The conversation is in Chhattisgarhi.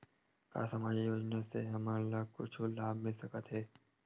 का सामाजिक योजना से हमन ला कुछु लाभ मिल सकत हे?